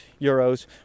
euros